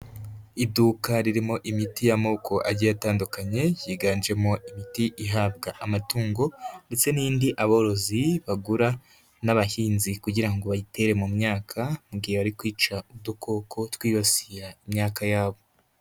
Iduka ririmo imiti y'amoko agiye atandukanye yiganjemo ibiti ihabwa amatungo ndetse n'indi aborozi bagura n'abahinzi kugira ngo bayitere mu myaka mu gihe ari kwica udukoko twibasiraye imyaka yabo.